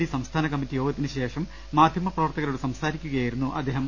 D സംസ്ഥാന കമ്മറ്റിയോഗത്തിന് ശേഷം മാധ്യമപ്രവർത്തകരോട് സംസാരിക്കുകയായിരുന്നു അദ്ദേഹം